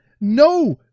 no